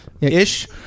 ish